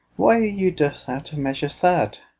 why are you thus out of measure sad?